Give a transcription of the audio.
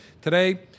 today